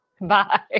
Bye